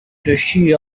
duchy